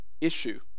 issue